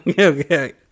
Okay